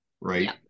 right